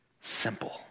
simple